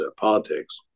politics